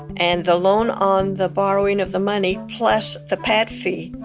and the loan on the borrowing of the money, plus the pad fee,